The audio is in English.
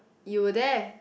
you were there